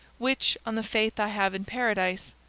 which, on the faith i have in paradise,